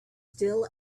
still